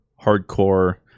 hardcore